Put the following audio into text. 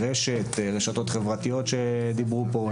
ברשתות חברתיות שדיברו עליהן פה?